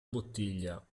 bottiglia